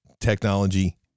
technology